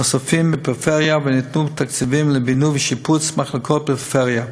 נוספים בפריפריה וניתנו תקציבים לבינוי ושיפוץ של מחלקות בפריפריה.